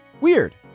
Weird